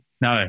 No